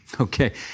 Okay